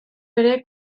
ere